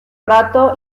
rato